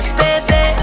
baby